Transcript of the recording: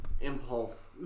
Impulse